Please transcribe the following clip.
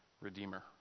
redeemer